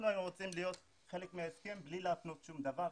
אנחנו היינו רוצים להיות חלק מההסכם בלי להתנות שום דבר,